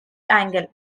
angle